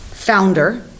founder